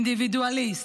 אינדיבידואליסט,